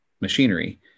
machinery